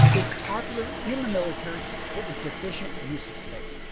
it's popular in the military for its efficient use of space.